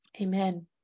Amen